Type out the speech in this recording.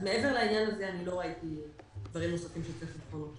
אז מעבר לעניין הזה אני לא ראיתי דברים נוספים לבחון.